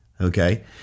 Okay